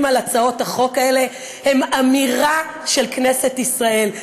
על הצעות החוק האלה הם אמירה של כנסת ישראל.